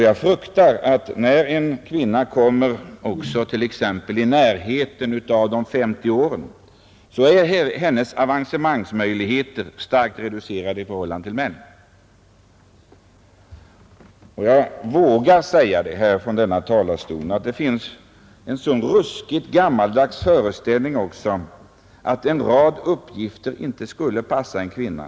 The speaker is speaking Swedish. Jag fruktar att när kvinnan kommer i närheten av de femtio åren är hennes avancemangsmöjligheter starkt reducerade jämfört med mannens. Jag vågar säga här att det också finns en ruskig gammaldags föreställning om att en rad arbetsuppgifter inte skulle passa en kvinna.